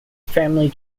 family